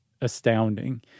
astounding